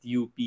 UP